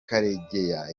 karegeya